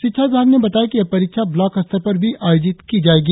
शिक्षा विभाग ने बताया है कि यह परीक्षा ब्लॉक स्तर पर भी आयोजित की जायेगी